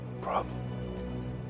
Problem